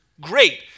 Great